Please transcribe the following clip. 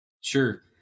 Sure